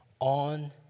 On